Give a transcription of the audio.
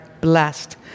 blessed